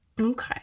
Okay